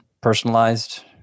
personalized